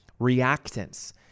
reactants